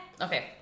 Okay